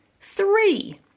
Three